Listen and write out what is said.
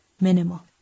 minimal